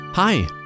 Hi